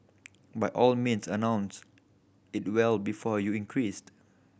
by all means announce it well before you increased